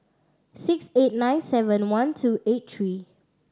six eight nine seven one two eight three